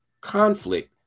conflict